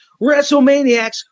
WrestleManiacs